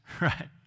right